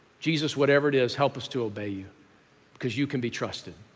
jesus, whatever it is, help us to obey you because you can be trusted.